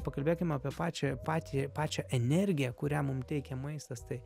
pakalbėkim apie pačią patį pačią energiją kurią mum teikia maistas tai